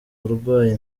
burwayi